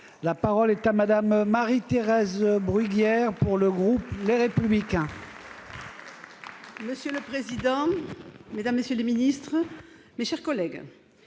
La parole est à Mme Marie-Thérèse Bruguière, pour le groupe Les Républicains. Monsieur le président, mesdames, messieurs les ministres, mes chers collègues,